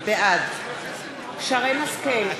בעד שרן השכל,